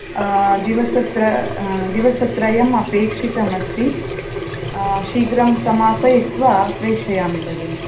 दिवसत्र दिवसत्रयमपेक्षितमस्ति शीघ्रं समापयित्वा प्रेषयामि भगिनि